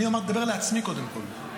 אני מדבר לעצמי קודם כול,